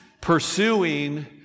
pursuing